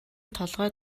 толгой